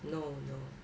no no